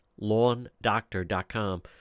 LawnDoctor.com